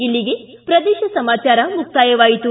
ಇಲ್ಲಿಗೆ ಪ್ರದೇಶ ಸಮಾಚಾರ ಮುಕ್ತಾಯವಾಯಿತು